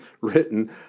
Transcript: written